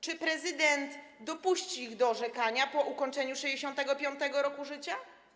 Czy prezydent dopuści ich do orzekania po ukończeniu 65. roku życia?